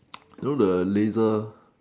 you know the laser